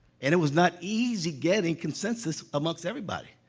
and it was not easy getting consensus amongst everybody.